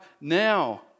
now